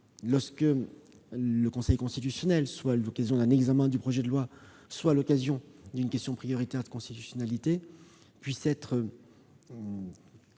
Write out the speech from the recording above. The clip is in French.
que le Conseil constitutionnel, à l'occasion soit d'un examen du projet de loi, soit d'une question prioritaire de constitutionnalité, puisse être